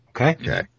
Okay